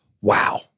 Wow